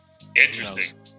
Interesting